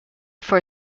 for